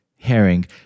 herring